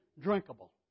drinkable